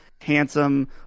handsome